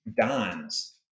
Dons